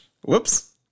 Whoops